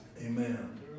Amen